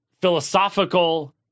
philosophical